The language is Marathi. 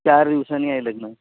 चार दिवसांनी आहे लग्न